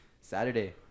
Saturday